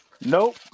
Nope